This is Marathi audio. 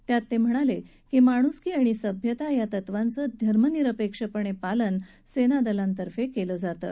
त्यात ते म्हणाले की माणुसकी आणि सभ्यता या तत्वांचं धर्मनिरपेक्षपणे पालन सेनादलांमार्फत केलं जातं